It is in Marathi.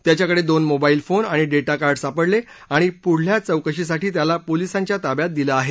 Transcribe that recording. त्याच्याकडे दोन मोबा ऊ फोन आणि डेटा कार्ड सापडले आणि पुढल्या चौकशीसाठी त्याला पोलिसांच्या ताब्यात दिलं आहे